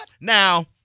Now